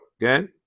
again